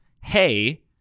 hey